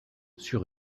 sur